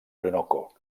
orinoco